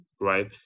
right